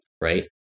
right